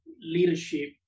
leadership